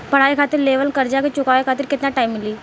पढ़ाई खातिर लेवल कर्जा के चुकावे खातिर केतना टाइम मिली?